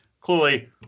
Clearly